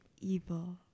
evil